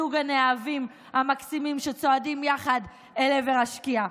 זוג הנאהבים המקסימים שצועדים יחד אל עבר השקיעה.